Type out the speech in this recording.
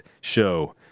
show